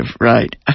right